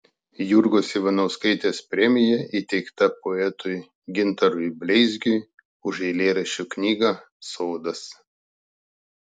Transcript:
jurgos ivanauskaitės premija įteikta poetui gintarui bleizgiui už eilėraščių knygą sodas